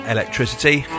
Electricity